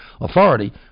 authority